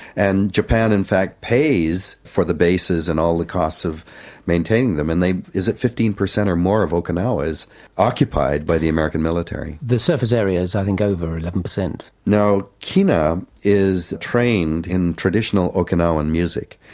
and japan in fact pays for the bases and all the costs of maintaining them and, is it fifteen percent or more of okinawa is occupied by the american military. the surface area is i think over eleven percent. now, kina is trained in traditional okinawan music.